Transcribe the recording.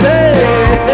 Hey